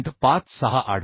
56 आढळले